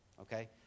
okay